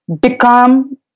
Become